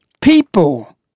people